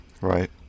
Right